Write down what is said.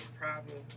problem